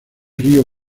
río